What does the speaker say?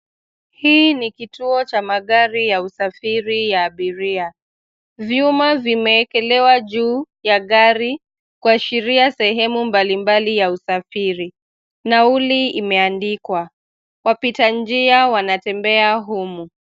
Hii ni kituo cha magari ya usafiri ya abiria. Vyuma vimeekelewa juu ya gari kuashiria sehemu mbalimbali ya usafiri. Nauli imeandikwa. Wapita njia wanatembea humu.